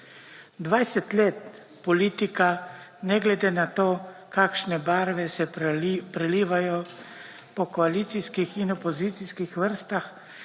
20 let politika, ne glede na to, kakšne barve se prelivajo po koalicijskih in opozicijskih vrstah,